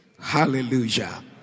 Hallelujah